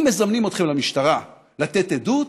אם מזמנים אתכם למשטרה לתת עדות